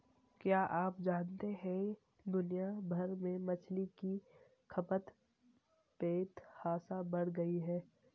क्या आप जानते है दुनिया भर में मछली की खपत बेतहाशा बढ़ गयी है?